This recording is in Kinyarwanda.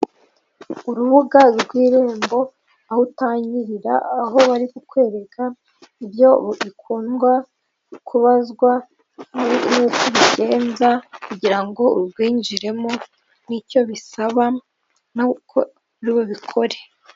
Urubuga rw'irembo, aho utangirira, aho bari kukwereka ibyo ikundwa kubazwa, n'uko ubigenza kugira ngo urwinjiremo, n'icyo bisaba, n'uko uri bubikore.